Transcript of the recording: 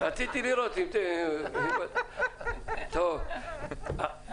בוקר טוב,